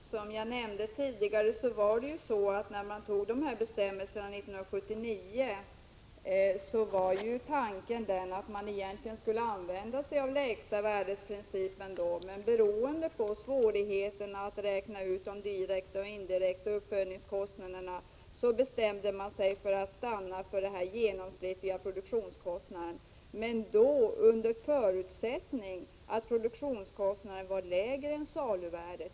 Herr talman! Som jag nämnde tidigare var tanken när man antog bestämmelserna 1979 att man skulle använda principen om lägsta värde. Beroende på svårigheterna att räkna ut de direkta och indirekta uppfödningskostnaderna bestämde man sig för att stanna för den genomsnittliga produktionskostnaden, men då under förutsättning att produktionskostnaden var lägre än saluvärdet.